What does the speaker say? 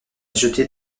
jetée